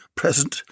present